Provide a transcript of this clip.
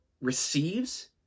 receives